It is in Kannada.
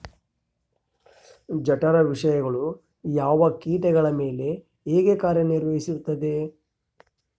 ಜಠರ ವಿಷಯಗಳು ಯಾವ ಕೇಟಗಳ ಮೇಲೆ ಹೇಗೆ ಕಾರ್ಯ ನಿರ್ವಹಿಸುತ್ತದೆ?